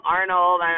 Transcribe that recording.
Arnold